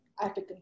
African